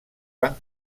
van